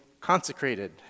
consecrated